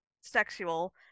sexual